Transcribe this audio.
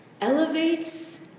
elevates